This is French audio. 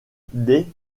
des